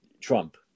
Trump